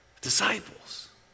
disciples